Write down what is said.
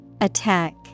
Attack